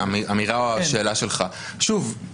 לאמירה או לשאלה שלך: שוב,